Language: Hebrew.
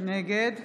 נגד